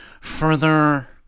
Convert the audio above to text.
further